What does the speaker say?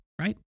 right